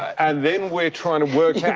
and then we're trying to work